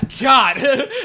God